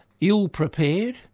ill-prepared